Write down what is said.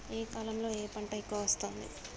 ఏ కాలంలో ఏ పంట ఎక్కువ వస్తోంది?